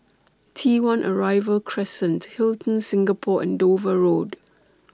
T one Arrival Crescent Hilton Singapore and Dover Road